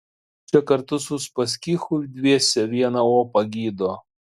čia kartu su uspaskichu dviese vieną opą gydo